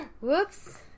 Whoops